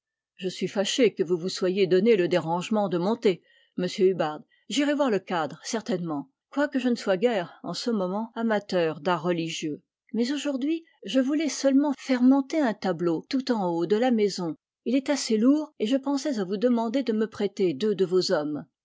je suis fâché que vous vous soyez donné le dérangement de monter monsieur hubbard j'irai voir le cadre certainement quoique je ne sois guère en ce moment amateur d'art religieux mais aujourd'hui je voulais seulement faire monter un tableau tout en haut de la maison il est assez lourd et je pensais à vous demander de me prêter deux de vos hommes